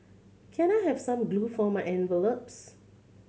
can I have some glue for my envelopes